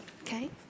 okay